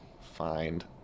find